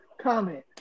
comment